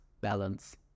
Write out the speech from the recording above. balance